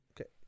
Okay